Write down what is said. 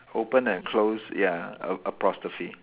open and close ya a~ apostrophe